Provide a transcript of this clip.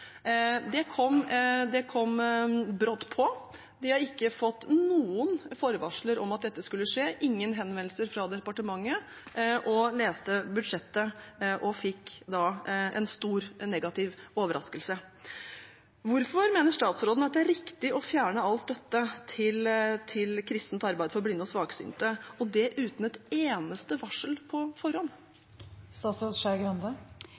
Det kom brått på. De fikk ikke noen forvarsler om at dette skulle skje, ingen henvendelser fra departementet, men leste budsjettet og fikk da en stor, negativ overraskelse. Hvorfor mener statsråden det er riktig å fjerne all støtte til Kristent Arbeid Blant Blinde og svaksynte, og det uten et eneste varsel på